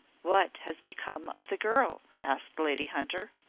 what has become of the girl? asked lady hunter.